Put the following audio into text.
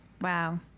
Wow